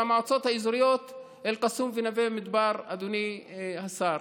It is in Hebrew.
במועצות האזוריות אל-קסום ונווה מדבר, אדוני השר,